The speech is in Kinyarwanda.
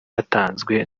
yatanzwe